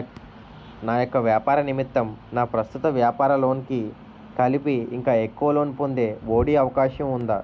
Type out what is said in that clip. నా యెక్క వ్యాపార నిమిత్తం నా ప్రస్తుత వ్యాపార లోన్ కి కలిపి ఇంకా ఎక్కువ లోన్ పొందే ఒ.డి అవకాశం ఉందా?